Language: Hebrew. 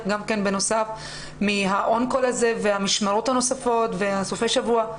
גם כן בנוסף מהמשמרות הנוספות וסופי השבוע.